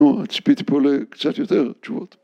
‫נו, צפיתי פה לקצת יותר תשובות.